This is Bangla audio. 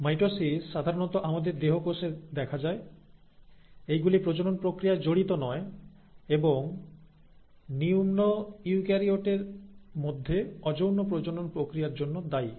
মাইটোসিস সাধারণত আমাদের দেহকোষে দেখা যায় এইগুলি প্রজনন প্রক্রিয়ায় জড়িত নয় এবং নিম্ন ইউক্যারিওটার মধ্যে অযৌন প্রজনন প্রক্রিয়ার জন্য দায়ী